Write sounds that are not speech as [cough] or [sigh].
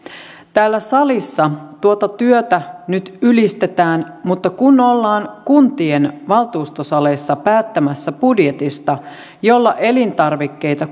täällä salissa tuota työtä nyt ylistetään mutta kun ollaan kuntien valtuustosaleissa päättämässä budjetista jolla elintarvikkeita [unintelligible]